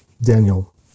Daniel